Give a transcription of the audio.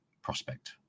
Prospect